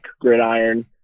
Gridiron